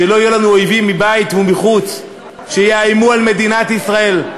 כשלא יהיה לנו אויבים מבית ומחוץ שיאיימו על מדינת ישראל,